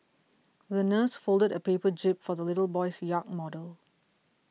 the nurse folded a paper jib for the little boy's yacht model